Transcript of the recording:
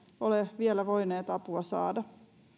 ole vielä voineet apua saada